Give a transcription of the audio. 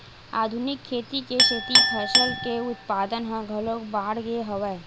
आधुनिक खेती के सेती फसल के उत्पादन ह घलोक बाड़गे हवय